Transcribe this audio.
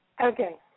Okay